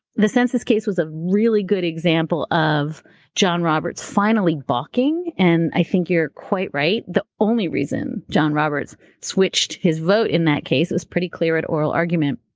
the census case was a really good example of john roberts finally balking, and i think you're quite right. the only reason john roberts switched his vote in that case was pretty clear at oral argument.